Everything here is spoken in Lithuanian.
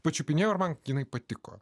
pačiupinėjo ir man jinai patiko